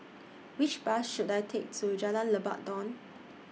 Which Bus should I Take to Jalan Lebat Daun